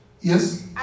Yes